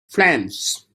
flames